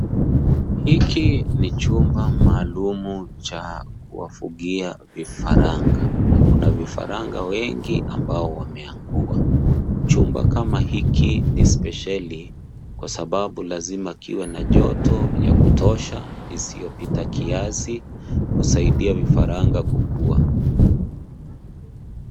Hiki ni chumba maalumu cha kuwafugia vifaranga, na kuna vifaranga wengi ambao wameangua. Chumba kama hiki ni spesheli kwa sababu lazima kiwe na joto la kutosha, isiyopita kiasi kusaidia vifaranga kukua.